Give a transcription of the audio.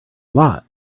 lot